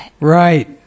Right